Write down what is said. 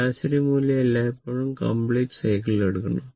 ശരാശരി മൂല്യം എല്ലായ്പ്പോഴും കമ്പ്ലീറ്റ് സൈക്കിളിൽ എടുക്കണം